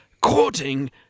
courting